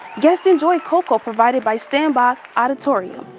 guests enjoyed cocoa provided by stambaugh auditorium,